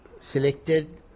selected